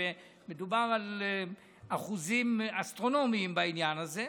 מדובר על אחוזים אסטרונומיים בעניין הזה.